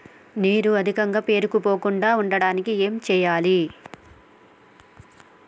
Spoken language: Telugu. నీరు అధికంగా పేరుకుపోకుండా ఉండటానికి ఏం చేయాలి?